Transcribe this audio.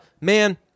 Man